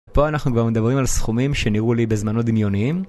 פה אנחנו כבר מדברים על סכומים שנראו לי בזמנו דמיוניים